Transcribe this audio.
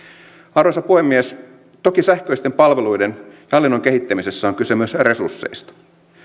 arvoisa puhemies toki sähköisten palveluiden ja hallinnon kehittämisessä on kyse myös resursseista